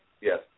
yes